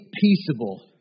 peaceable